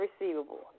receivable